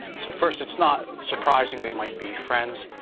so first, it's not surprising they might be friends,